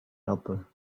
helper